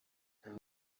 nta